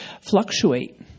fluctuate